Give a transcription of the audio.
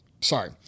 Sorry